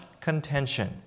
contention